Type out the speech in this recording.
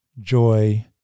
joy